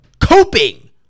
Coping